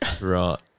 Right